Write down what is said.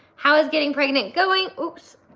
how is getting pregnant going? whoops.